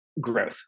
growth